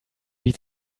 wie